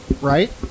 right